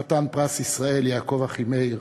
חתן פרס ישראל יעקב אחימאיר,